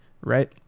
right